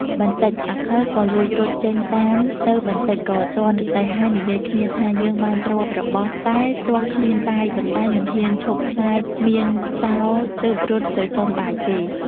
បន្តិចអាខិលក៏លួចរត់ចេញតាមទៅបន្ដិចក៏ទាន់រទេះហើយនិយាយគ្នាថាយើងបានទ្រព្យរបស់តែទាស់ឃ្លានបាយប៉ុន្តែមិនហ៊ានឈប់ខ្លាចមានចោរទើបរត់ទៅសុំបាយគេ។